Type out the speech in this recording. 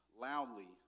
loudly